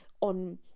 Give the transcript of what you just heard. on